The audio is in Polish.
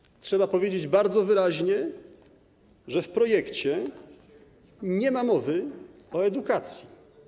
Niemniej trzeba powiedzieć bardzo wyraźnie, że w projekcie nie ma mowy o edukacji.